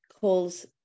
calls